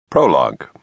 Prologue